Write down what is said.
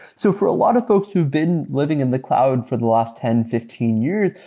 so for a lot of folks who've been living in the cloud for the last ten, fifteen years,